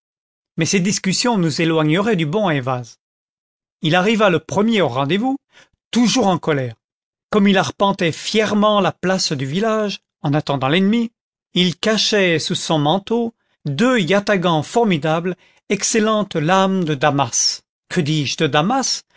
mais cette discussion nous éloignerait du bon ayvaz content from google book search generated at il arriva le premier au rendez-vous toujours colère comme il arpentait fièrement la place du village en attendant l'ennemi il cachait sous son manteau deux yatagans formidables excellentes lames de damas que dis-je de damas